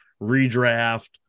redraft